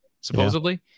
supposedly